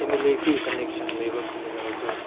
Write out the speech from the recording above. M L ꯑꯦꯈꯣꯏꯒ ꯀꯅꯦꯝꯁꯟ ꯂꯩꯕ ꯀ꯭ꯔꯤꯃꯤꯅꯦꯜꯈꯣꯏ